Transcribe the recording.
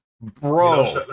bro